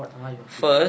what are your three